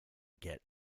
get